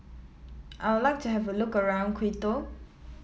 I'll like to have a look around Quito